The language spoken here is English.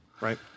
Right